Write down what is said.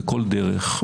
בכל דרך,